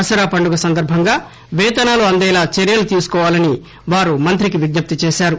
దసర పండుగ సందర్భంగా పేతనాలు అందేలా చర్యలు తీసుకోవాలని వారు మంత్రికి విజ్ఞప్తి చేశారు